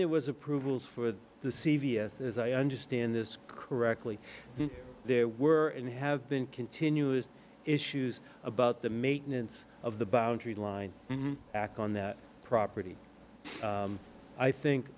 there was approvals for the c v s as i understand this correctly there were and have been continuous issues about the maintenance of the boundary line back on that property i think